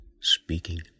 speaking